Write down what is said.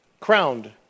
crowned